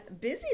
busy